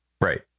Right